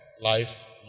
Life